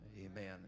Amen